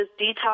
detox